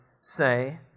say